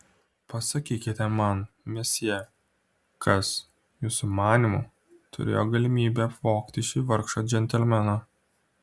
pasakykite man mesjė kas jūsų manymu turėjo galimybę apvogti šį vargšą džentelmeną